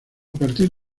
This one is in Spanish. partir